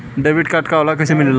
Debit card का होला कैसे मिलेला?